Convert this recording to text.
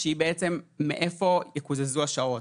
מאיפה יקוזזו השעות,